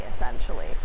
essentially